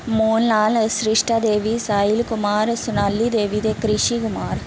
मोहन लाल श्रिष्टा देवी साहिल कुमार सुनाली देवी ते इक रिशी कुमार